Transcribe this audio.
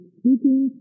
speaking